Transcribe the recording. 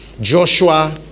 Joshua